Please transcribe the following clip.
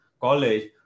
college